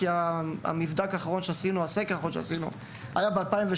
כי הסקר האחרון שעשינו היה ב-2017.